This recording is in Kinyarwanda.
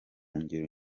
ngero